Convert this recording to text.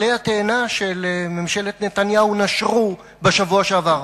עלי התאנה של ממשלת נתניהו נשרו בשבוע שעבר.